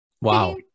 Wow